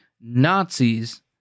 Nazis